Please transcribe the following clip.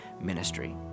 ministry